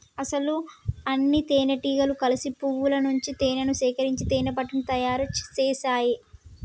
అసలు అన్నితేనెటీగలు కలిసి పువ్వుల నుంచి తేనేను సేకరించి తేనెపట్టుని తయారు సేస్తాయి